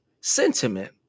sentiment